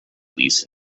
lease